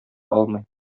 алмый